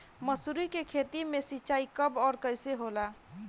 मसुरी के खेती में सिंचाई कब और कैसे होला?